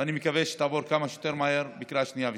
ואני מקווה שתעבור כמה שיותר מהר בקריאה שנייה ושלישית.